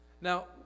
Now